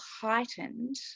heightened